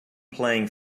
playing